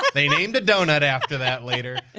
but they named a donut after that later.